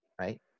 right